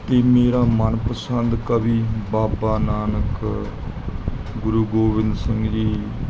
ਅਤੇ ਮੇਰਾ ਮਨ ਪਸੰਦ ਕਵੀ ਬਾਬਾ ਨਾਨਕ ਗੁਰੂ ਗੋਬਿੰਦ ਸਿੰਘ ਜੀ